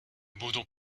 boudons